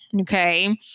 Okay